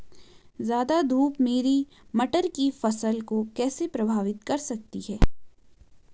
ज़्यादा धूप मेरी मटर की फसल को कैसे प्रभावित कर सकती है?